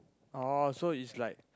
oh so is like